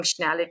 functionality